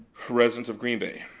residents of green bay.